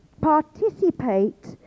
Participate